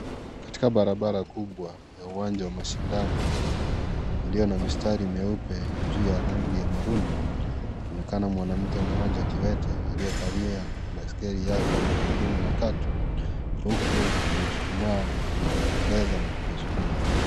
Katika barabara kubwa ya uwanja wa mashindano ilio na mistari mweupe juu ya rangi ya maroon kunaonekana mwanamke mmoja kiwete aliyekalia baiskeli yake ya magurudumu matatu huku amechuchumaa kuiendesha na kuiskuma mbele.